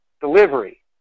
delivery